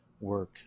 work